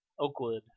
Oakwood